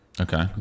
Okay